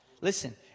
Listen